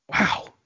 Wow